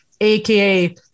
aka